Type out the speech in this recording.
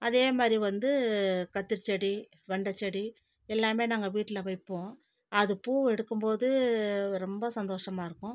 அதே மாதிரி வந்து கத்திரிச்செடி வெண்டைச்செடி எல்லாமே நாங்கள் வீட்டில் வைப்போம் அது பூ எடுக்கும் போது ரொம்ப சந்தோஷமாக இருக்கும்